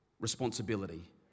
responsibility